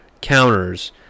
counters